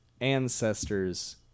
ancestors